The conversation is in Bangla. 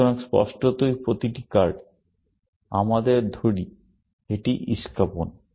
সুতরাং স্পষ্টতই প্রতিটি কার্ড আমাদের ধরি এটি ইস্কাপন